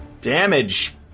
Damage